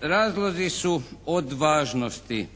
Razlozi su od važnosti